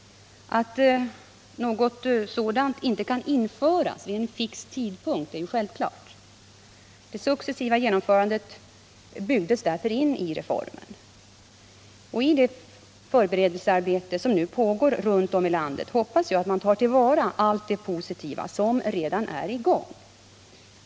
Att något sådant inte kan införas vid en fix tidpunkt är självklart. Det successiva genomförandet byggdes därför in i reformen. I det förberedelsearbete som nu pågår runt om i landet hoppas jag man tar vara på allt det positiva som redan är i gång.